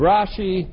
Rashi